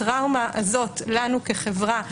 הטראומה הזאת לנו כחברה,